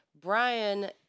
Brian